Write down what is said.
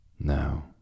Now